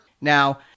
now